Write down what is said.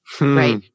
Right